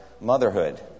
motherhood